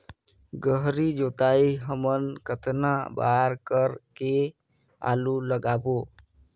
गहरी जोताई हमन कतना बार कर के आलू लगाबो?